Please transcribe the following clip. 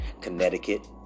Connecticut